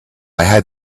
had